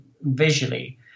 visually